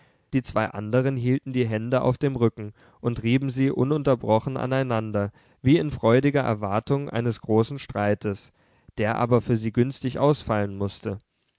die zwei anderen hielten die hände auf dem rücken und rieben sie ununterbrochen aneinander wie in freudiger erwartung eines großen streites der aber für sie günstig ausfallen mußte